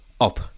up